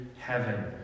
heaven